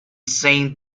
saint